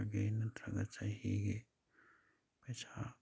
ꯊꯥꯒꯤ ꯅꯠꯇ꯭ꯔꯒ ꯆꯍꯤꯒꯤ ꯄꯩꯁꯥ